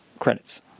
Credits